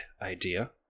idea